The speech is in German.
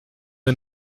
wir